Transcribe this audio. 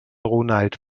ronald